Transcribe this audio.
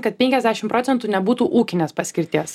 kad penkiasdešim procentų nebūtų ūkinės paskirties